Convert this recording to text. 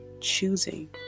choosing